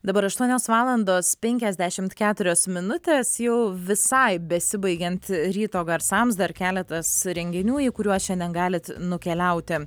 dabar aštuonios valandos penkiasdešimt keturios minutės jau visai besibaigiant ryto garsams dar keletas renginių į kuriuos šiandien galit nukeliauti